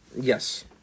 Yes